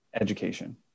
education